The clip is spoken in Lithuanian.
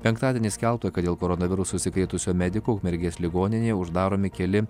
penktadienį skelbta kad dėl koronavirusu užsikrėtusio mediko ukmergės ligoninėje uždaromi keli